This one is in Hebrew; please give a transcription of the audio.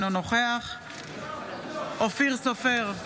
אינו נוכח אופיר סופר,